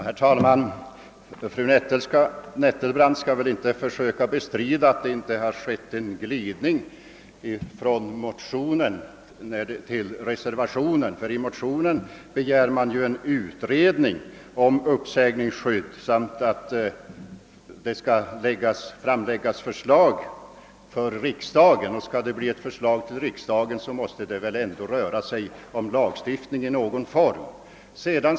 Herr talman! Fru Nettelbrandt skall väl inte försöka bestrida att det har skett en glidning ifrån motionen till reservationen; i motionen begär man ju en utredning om uppsägningsskydd och ett förslag till riksdagen, och skall man framlägga ett förslag till riksdagen så måste det väl ändå röra sig om lagstiftning i någon form.